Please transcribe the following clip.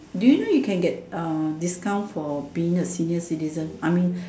do you know you can uh discount for being senior citizen I mean